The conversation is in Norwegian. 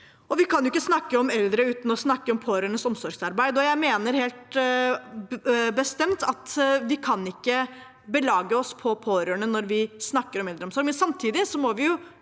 Vi kan ikke snakke om eldre uten å snakke om pårørendes omsorgsarbeid. Jeg mener helt bestemt at vi ikke kan støtte oss på pårørende når vi snakker om eldreomsorg.